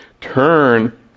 Turn